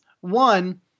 one